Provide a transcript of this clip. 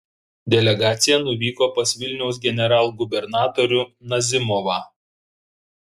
delegacija nuvyko pas vilniaus generalgubernatorių nazimovą